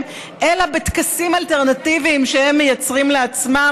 אלא בטקסים אלטרנטיביים שהם מייצרים לעצמם,